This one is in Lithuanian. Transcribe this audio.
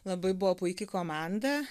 labai buvo puiki komanda